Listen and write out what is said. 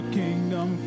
kingdom